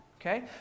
Okay